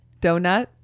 Donut